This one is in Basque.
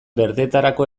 berdetarako